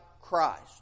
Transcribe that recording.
Christ